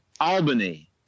Albany